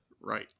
Right